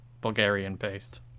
Bulgarian-based